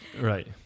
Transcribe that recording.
right